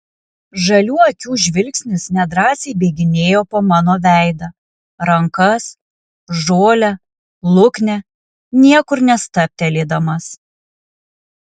žalių akių žvilgsnis nedrąsiai bėginėjo po mano veidą rankas žolę luknę niekur nestabtelėdamas